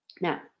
Now